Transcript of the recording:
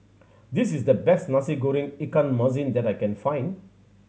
this is the best Nasi Goreng ikan masin that I can find